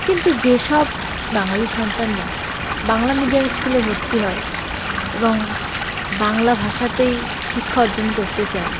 কিন্তু যেসব বাঙালি সন্তানরা বাংলা মিডিয়াম স্কুলে ভর্তি হয় এবং বাংলা ভাষাতেই শিক্ষা অর্জন করতে চায়